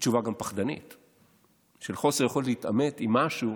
תשובה פחדנית של חוסר יכולת להתעמת עם משהו